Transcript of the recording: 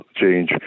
change